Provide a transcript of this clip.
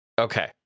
Okay